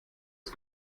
das